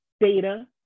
Data